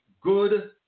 good